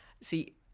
See